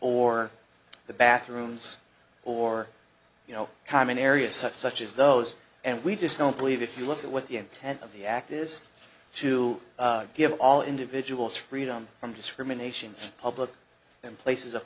or the bathrooms or you know common areas such as those and we just don't believe if you look at what the intent of the act is to give all individuals freedom from discrimination public in places of